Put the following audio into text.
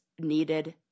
needed